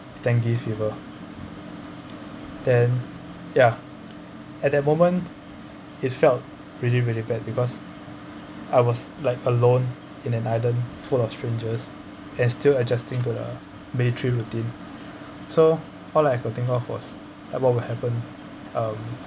dengue fever then ya at that moment it felt really really bad because I was like alone in an island full of strangers as still adjusting to the military routine so all I could think of was like what will happen um